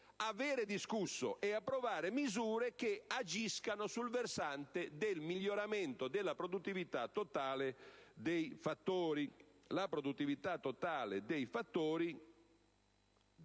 decreto, discutere e approvare misure che agiscano sul versante del miglioramento della produttività totale dei fattori.